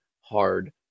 hard